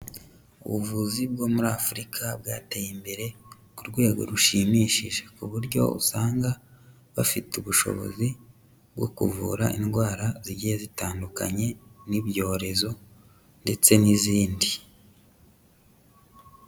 Ubuvuzi bwo muri Afurika bwateye imbere ku rwego rushimishije ku buryo usanga bafite ubushobozi bwo kuvura indwara zigiye zitandukanye n'ibyorezo ndetse n'izindi.